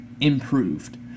improved